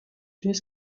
his